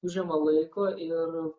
užima laiko ir